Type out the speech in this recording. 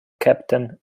captain